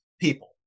people